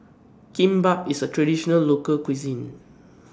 Kimbap IS A Traditional Local Cuisine